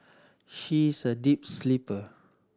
she is a deep sleeper